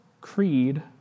Creed